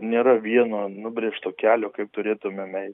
nėra vieno nubrėžto kelio kaip turėtumėme